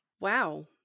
Wow